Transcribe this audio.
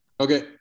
Okay